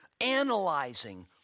analyzing